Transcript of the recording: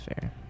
fair